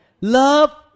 love